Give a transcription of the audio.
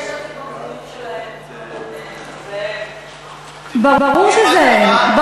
המדיניות שלהם, ברור שזה הם.